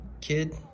kid